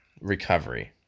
Recovery